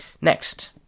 Next